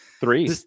Three